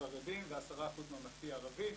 חרדים ו-10% ממלכתי-ערבי.